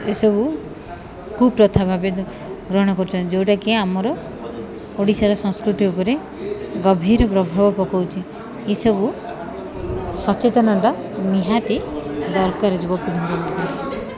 ଏସବୁ କୁପ୍ରଥା ଭାବେ ଗ୍ରହଣ କରୁଛନ୍ତି ଯେଉଁଟାକି ଆମର ଓଡ଼ିଶାର ସଂସ୍କୃତି ଉପରେ ଗଭୀର ପ୍ରଭାବ ପକାଉଛି ଏସବୁ ସଚେତନଟା ନିହାତି ଦରକାର ଯୁବ ପିଢ଼ିଙ୍କ ମଧ୍ୟରେ